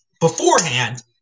beforehand